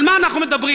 על מה אנחנו מדברים?